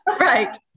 Right